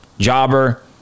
jobber